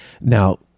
now